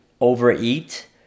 overeat